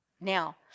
Now